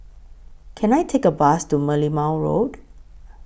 Can I Take A Bus to Merlimau Road